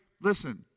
listen